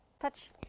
Touch